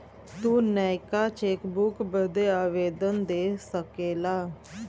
तू नयका चेकबुक बदे आवेदन दे सकेला